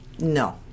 No